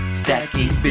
stacking